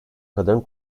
kadın